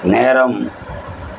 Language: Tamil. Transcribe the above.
நேரம்